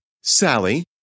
Sally